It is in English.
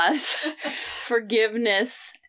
forgiveness